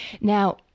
now